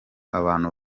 abantu